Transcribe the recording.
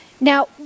now